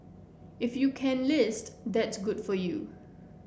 if you can list that's good for you